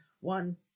One